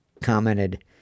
commented